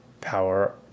power